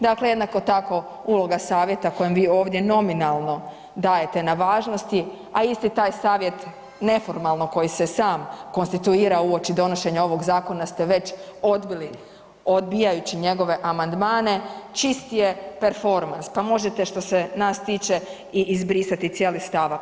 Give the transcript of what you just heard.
Dakle, jednako tako uloga savjeta kojom vi ovdje nominalno dajete na važnosti, a isti taj savjet neformalno koji se sam konstituira uoči donošenja ovog zakona ste već odbili odbijajući njegove amandmane čisti je performans, pa možete što se nas tiče i izbrisati cijeli stavak.